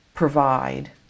Provide